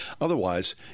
Otherwise